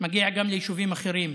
מגיע גם ליישובים אחרים,